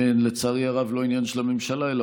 שהן לצערי הרב לא עניין של הממשלה אלא